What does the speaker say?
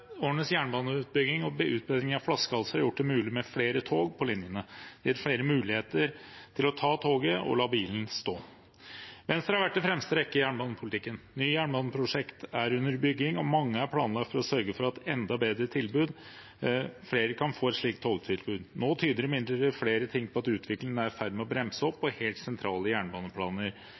årenes jernbaneutbygging og utbedring av flaskehalser har gjort det mulig med flere tog på linjene og gitt flere muligheter til å ta toget og la bilen stå. Venstre har vært i fremste rekke i jernbanepolitikken. Nye jernbaneprosjekt er under bygging, og mange er planlagt for å sørge for at enda flere kan få et bedre togtilbud. Nå tyder imidlertid flere ting på at utviklingen er i ferd med å bremse opp, og helt sentrale jernbaneplaner